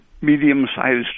medium-sized